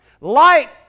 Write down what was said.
Light